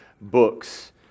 books